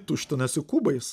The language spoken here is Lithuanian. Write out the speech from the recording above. tuštinasi kubais